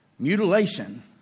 Mutilation